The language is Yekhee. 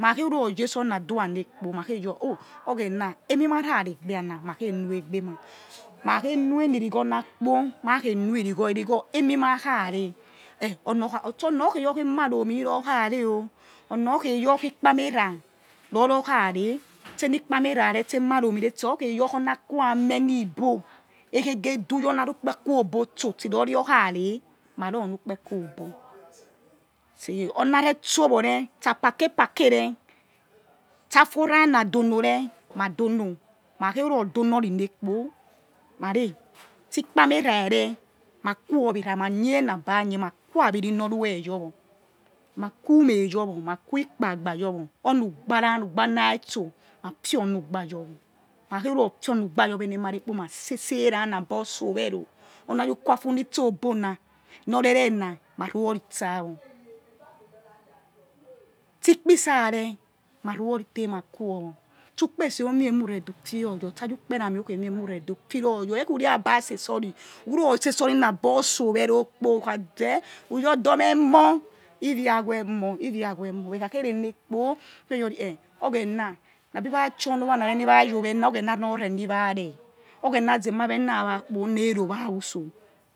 Ma̠ kha khei ru̠ ror̠ yetsi oni adua nekpo ma̠ khei yor oh̠ oghena emimarare egbiana ma̠ khe̠ noiegbe ma̠ ma̠ kha khei noi irigho irigho. Emi ma kh̠a rer he̠ tse onor khei yor khi, emare omi oror khareo onor khei your khi ikpamera roro kha reh tse ni kpanera tse̱ oṟ tehei jor emare o̱ mi̱ re̱ tso khhei yoṟ oni akuwa ame ni ibo ekege du yor na ri̱, ukpeko obo tso tso ruyor kha reẖ ma̱ re̱ o̱ nu̱ kpeiko obo ste̱ ona re̱tso woṟ re̱ sta apakepake re̱h ste̱afoi ora nadonoeh ma̱ dono ma̱ kha khei ruroh dono̱ ri̱ nekpo ma̱ reẖ sti, ikpamerare ma̱ duo̱ weh era maye na̱ ba̱ neye̱ na̱ quwo we̱ era ma̱ nye̱ na ba̱ nye ma̱ qua̱ awiri nor ruwe̱ yoṟ wor ma qua ume yor yowo ma̱ quikpala a yor wor onu ugba ra̱ ma fior, nu ugba yorṟ ma̱ kha khei run a̱ fior oni ugba your weẖ eni̱ emare̱ kpo ma se̱ se̱ ra̱ na̱ abor so̱ we̱ roṟ uku wafu nitsi oba̱ na nor re̱re̱ na ru̱ or ri tsa wor tse ikpi, isa̱ reẖ ma̱ ku̱ owo stu ukpese ru mie eniure de̱h ufio or yoṟ ste̱ nyiukpe rami rukhemie emuredo ufiroyor yeẖ ku re̱ aba se̱se̱ oṟ ri̱ ururor se̱se̱ or abor so̱ we̱ro̱ kpo then who̱, yi̱ odomeh moẖ ivia weh moh ukha khe rene̱ kpo who̱ khe your ri he oghena abi wa̱ chior ni owa na reẖ ni wa̱ yi̱ owena̱ oghena nor reni vha reh oghena zeh euawena wa̱kpo̱ neẖ, ro̱wa uso̱